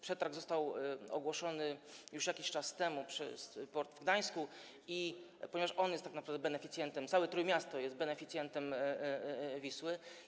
Przetarg został ogłoszony już jakiś czas temu przez port w Gdańsku, ponieważ on jest tak naprawdę beneficjentem, całe Trójmiasto jest beneficjentem Wisły.